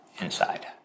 inside